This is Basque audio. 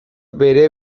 bere